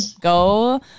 go